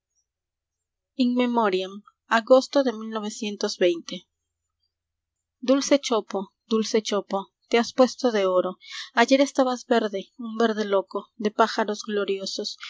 u lce chopo d dulce chopo t e has puesto de oro ayer estabas verde un verde loco de pájaros gloriosos